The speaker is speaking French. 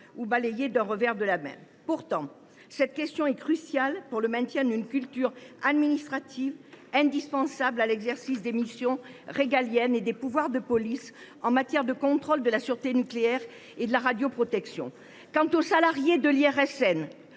ou balayés d’un revers de la main. Pourtant, la question est cruciale pour le maintien d’une culture administrative indispensable à l’exercice des missions régaliennes et des pouvoirs de police en matière de contrôle de la sûreté nucléaire et de la radioprotection. S’agissant des salariés de l’IRSN,